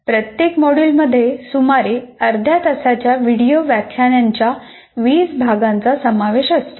प्रत्येक मॉड्यूलमध्ये सुमारे अर्ध्या तासाच्या व्हिडिओ व्याख्यानांच्या 20 भागांचा समावेश असतो